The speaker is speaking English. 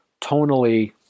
tonally